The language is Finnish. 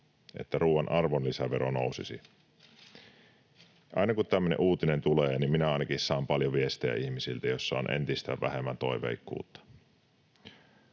että ruuan arvonlisävero nousisi. Aina, kun tämmöinen uutinen tulee, minä ainakin saan ihmisiltä paljon viestejä, joissa on entistä vähemmän toiveikkuutta.